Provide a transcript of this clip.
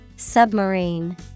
Submarine